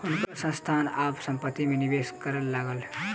हुनकर संस्थान आब संपत्ति में निवेश करय लागल